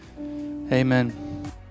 Amen